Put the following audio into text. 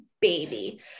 baby